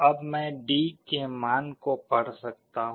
अब मैं D के मान को पढ़ सकता हूं